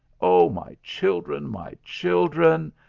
oh, my children! my children!